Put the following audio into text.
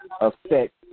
affect